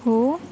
हो